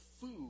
food